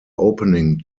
opening